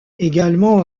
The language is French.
également